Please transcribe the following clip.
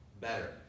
better